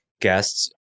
guests